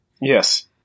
Yes